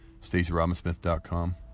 StacyRobbinsmith.com